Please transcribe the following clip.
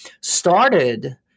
started